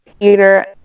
Peter